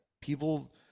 people